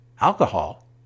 Alcohol